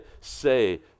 say